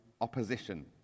opposition